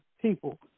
people